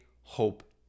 hope